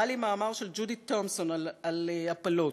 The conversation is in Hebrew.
הראה לי מאמר של ג'ודי תומפסון על הפלות,